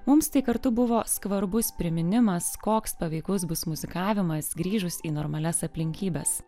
mums tai kartu buvo skvarbus priminimas koks paveikus bus muzikavimas grįžus į normalias aplinkybes